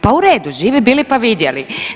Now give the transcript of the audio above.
Pa u redu, živi bili pa vidjeli.